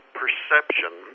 perception